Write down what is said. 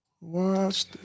watch